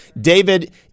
David